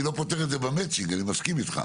אני לא פותר את זה במצ'ינג אני מסכים איתך,